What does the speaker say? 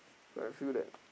I feel that